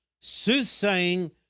soothsaying